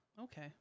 Okay